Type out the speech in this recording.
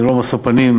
ללא משוא פנים,